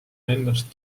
ennast